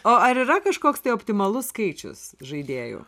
o ar yra kažkoks tai optimalus skaičius žaidėjų